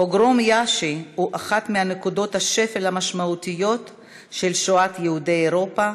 פוגרום יאשי הוא אחת מנקודות השפל המשמעותיות של שואת יהודי אירופה,